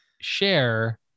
share